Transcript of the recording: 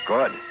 Good